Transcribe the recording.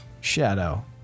Shadow